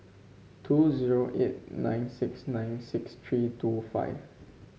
two zero eight nine six nine six three two five